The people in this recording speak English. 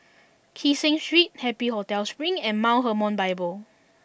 Kee Seng Street Happy Hotel Spring and Mount Hermon Bible